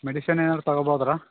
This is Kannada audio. ಮೆಡಿಸಿನ್ ಏನಾದರೂ ತಗೊಬೌದ್ರಾ